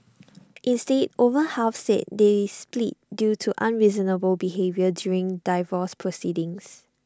instead over half said they split due to unreasonable behaviour during divorce proceedings